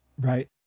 right